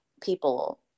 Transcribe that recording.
people